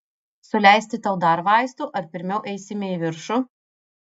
suleisti tau dar vaistų ar pirmiau eisime į viršų